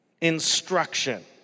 instruction